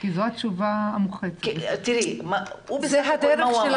חסרה הצטיידות וזה מה שגורם